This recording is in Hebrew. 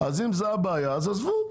אז אם זאת הבעיה אז עזבו.